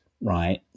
right